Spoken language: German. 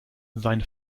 sein